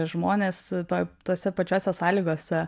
žmonės to tose pačiose sąlygose